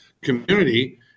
community